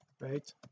right